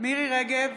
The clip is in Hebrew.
מירי מרים רגב,